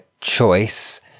choice